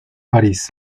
parís